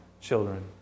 children